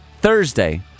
Thursday